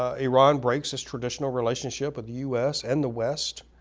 ah iran breaks its traditional relationship with the u s. and the west.